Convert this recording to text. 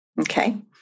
Okay